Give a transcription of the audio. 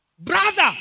brother